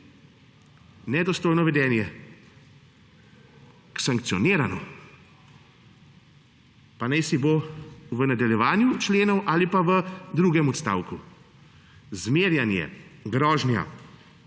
nedostojno vedenje sankcionirano, pa najsibo v nadaljevanju členov ali pa v drugem odstavku. Zmerjanje, grožnja